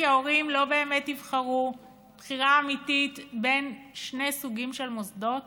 כי ההורים לא באמת יבחרו בחירה אמיתית בין שני סוגים של מוסדות